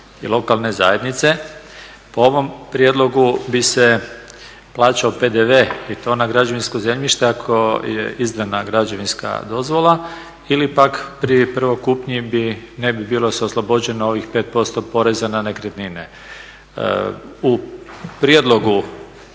i lokalne zajednice, po ovom prijedlogu bi se plaćao PDV i to na građevinsko zemljište ako je izdana građevinska dozvola ili pak pri prvoj kupnji bi, ne bi bilo oslobođeno ovih 5% poreza na nekretnine. U prijedlogu